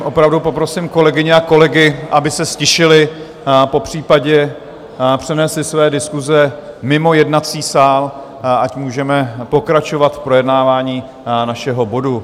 Opravdu poprosím kolegyně a kolegy, aby se ztišili, popřípadě přenesli své diskuse mimo jednací sál, ať můžeme pokračovat v projednávání našeho bodu.